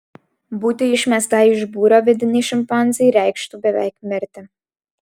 būti išmestai iš būrio vidinei šimpanzei reikštų beveik mirti